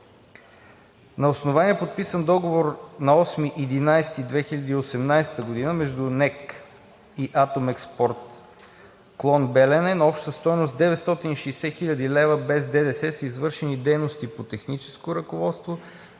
На основание подписан договор на 8 ноември 2018 г. между НЕК и „Атомекспорт“ – клон Белене, на обща стойност 960 хил. лв. без ДДС, са извършени дейности по техническо ръководство